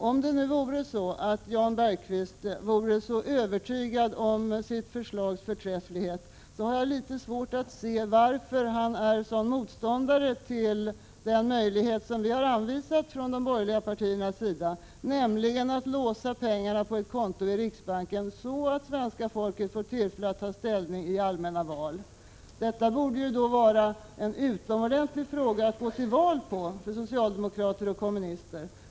Om det nu vore så att Jan Bergqvist vore så övertygad om sitt förslags förträfflighet, varför är han då en sådan motståndare till den möjlighet som vi har anvisat från de borgerliga partiernas sida, nämligen att låsa pengarna på ett konto i riksbanken så att svenska folket får tillfälle att ta ställning till frågan i allmänna val? Detta borde ju vara en alldeles utomordentlig fråga att — Prot. 1986/87:50 gå till val på för socialdemokrater och kommunister.